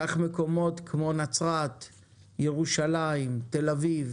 כך מקומות כמו נצרת, ירושלים, תל אביב